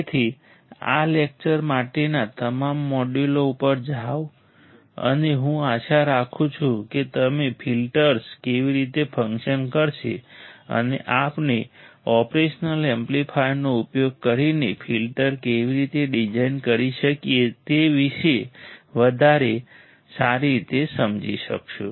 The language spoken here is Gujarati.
તેથી આ લેક્ચર માટેના તમામ મોડ્યુલો ઉપર જાઓ અને હું આશા રાખું છું કે તમે ફિલ્ટર્સ કેવી રીતે ફંકશન કરશે અને આપણે ઓપરેશનલ એમ્પ્લીફાયરનો ઉપયોગ કરીને ફિલ્ટર કેવી રીતે ડિઝાઇન કરી શકીએ તે વિશે વધારે સારી રીતે સમજી શકશો